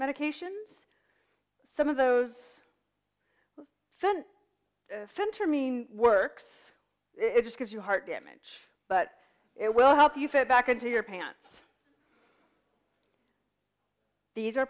medications some of those fen phen to mean works it just gives you heart damage but it will help you fit back into your pants these are